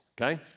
okay